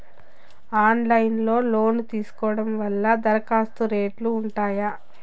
Online లో loan తీసుకోవడం వల్ల దరఖాస్తు రేట్లు ఉంటాయా?